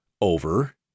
over